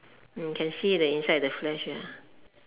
can see the inside the flesh